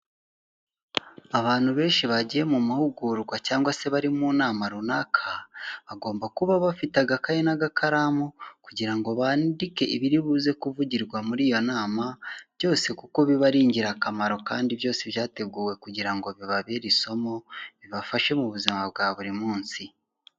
Abantu benshi bagiye mu mahugurwa cyangwa se bari mu nama runaka, bagomba kuba bafite agakayi n'agakaramu kugira ngo bandike ibiri buze kuvugirwa muri iyo nama, byose kuko biba ari ingirakamaro kandi byose byateguwe kugira ngo bibabere isomo, bibafashe mu buzima bwa buri munsi.